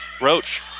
Roach